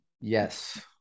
Yes